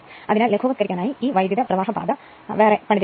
അതിനാൽ ലഘുവത്കരിക്കാനായി ആണ് ഈ വൈദ്യുതപ്രവാഹ പാത പണിതിരിക്കുന്നത്